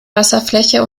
wasserfläche